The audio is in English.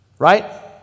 Right